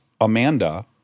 Amanda